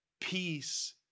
peace